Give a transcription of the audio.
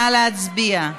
נא להצביע.